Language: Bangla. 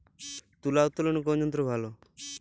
তুলা উত্তোলনে কোন যন্ত্র ভালো?